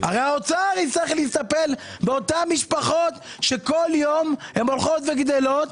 הרי האוצר יצטרך לטפל באותן משפחות שבכל יום הולכות וגדלות.